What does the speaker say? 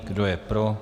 Kdo je pro?